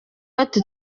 ati